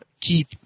keep